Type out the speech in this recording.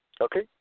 Okay